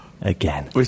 again